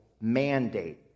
mandate